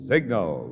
Signal